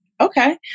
Okay